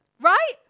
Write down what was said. Right